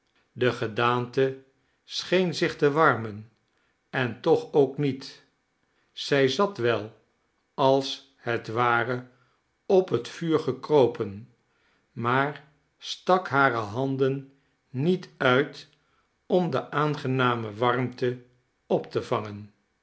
de gedaante scheen zich te warmen en toch ook niet zij zat wel als het ware op het vuur gekropen maar stak hare handen niet uit om de aangename warmte op te vangen